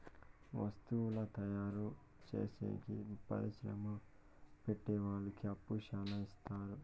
వత్తువుల తయారు చేసేకి పరిశ్రమలు పెట్టె వాళ్ళకి అప్పు శ్యానా ఇత్తారు